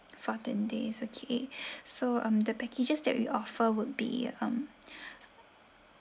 fourteen days okay so um the packages that we offer would be um